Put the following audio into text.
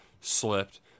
slipped